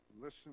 Listen